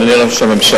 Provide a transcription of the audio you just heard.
אדוני ראש הממשלה,